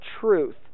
truth